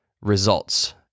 results